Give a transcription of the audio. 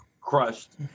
crushed